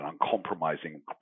uncompromising